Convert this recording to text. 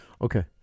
Okay